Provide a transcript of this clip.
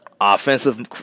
offensive